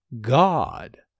God